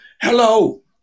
hello